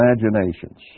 imaginations